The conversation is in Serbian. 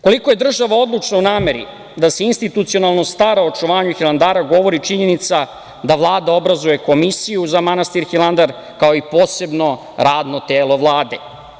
Koliko je država odlučna u nameri da se institucionalno stara o očuvanju Hilandara govori činjenica da Vlada obrazuje Komisiju za manastir Hilandar, kao i posebno radno telo Vlade.